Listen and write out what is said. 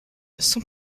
son